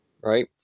right